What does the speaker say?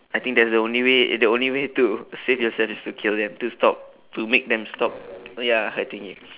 I think that's the only way the only way to save yourself is to kill them to stop to make them stop oh ya hurting you